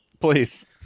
Please